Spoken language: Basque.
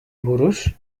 buruz